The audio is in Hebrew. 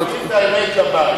להגיד את האמת לבית.